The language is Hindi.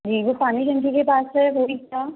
जी वह पानी एजेन्सी के पास है वही क्या